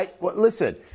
Listen